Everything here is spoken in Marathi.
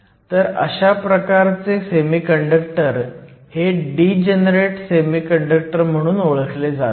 तर अशा प्रकारचे सेमीकंडक्टर हे डीजनरेट सेमीकंडक्टर म्हणून ओळखले जातात